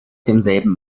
demselben